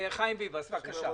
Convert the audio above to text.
חיים ביבס, בבקשה.